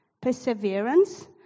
perseverance